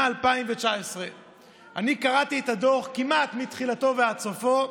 2019. אני קראתי את הדוח כמעט מתחילתו ועד סופו,